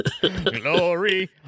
Glory